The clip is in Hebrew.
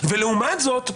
ולעומת זאת במקביל,